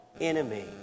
enemy